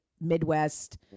Midwest